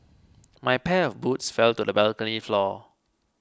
my pair of boots fell to the balcony floor